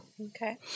Okay